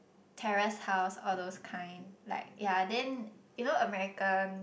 terrace house all those kind like ya then you know American